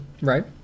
Right